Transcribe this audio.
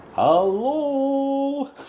Hello